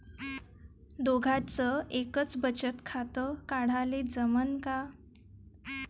दोघाच एकच बचत खातं काढाले जमनं का?